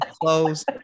close